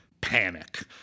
panic